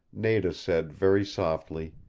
nada said, very softly,